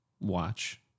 watch